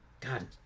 god